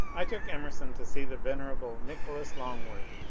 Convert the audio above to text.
i took emerson to see the venerable nicholas long orth,